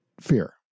Fear